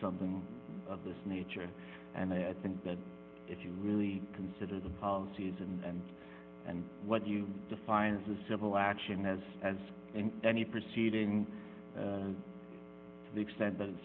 something of this nature and i think that if you really consider the policies and and what you define as a civil action as as in any proceeding to the extent that